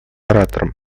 оратором